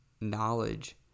knowledge